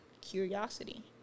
curiosity